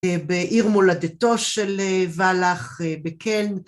בעיר מולדתו של ואלך בקנט.